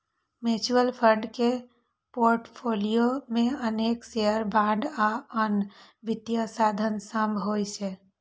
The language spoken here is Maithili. म्यूचुअल फंड के पोर्टफोलियो मे अनेक शेयर, बांड आ आन वित्तीय साधन सभ होइ छै